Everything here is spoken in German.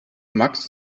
max